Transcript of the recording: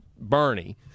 Bernie